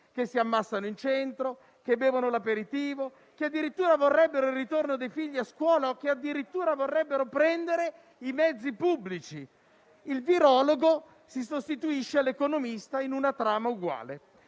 che si ammassano in centro, che bevono l'aperitivo, che addirittura vorrebbero il ritorno dei figli a scuola o che, addirittura, vorrebbero prendere i mezzi pubblici. Il virologo si sostituisce all'economista in una trama uguale.